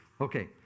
Okay